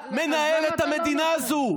ואתה מנהל את המדינה הזו.